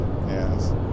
yes